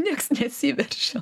niekas nesiveržia